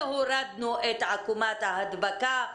והורדנו את עקומת ההדבקה,